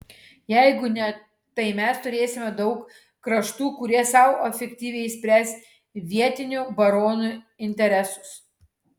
jeigu ne tai mes turėsime daug kraštų kurie sau efektyviai spręs vietinių baronų interesus